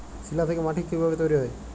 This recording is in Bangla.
শিলা থেকে মাটি কিভাবে তৈরী হয়?